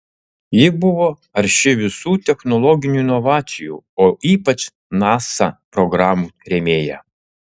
ji buvo arši visų technologinių inovacijų o ypač nasa programų rėmėja